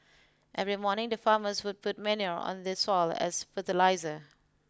every morning the farmers would put manure on the soil as fertiliser